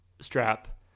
strap